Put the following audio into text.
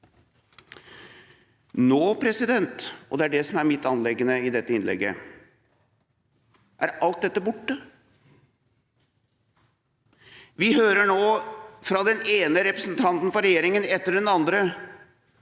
Nå – og det er det som er mitt anliggende i dette innlegget – er alt dette borte. Vi hører nå fra den ene representanten for regjeringa etter den andre